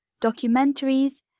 documentaries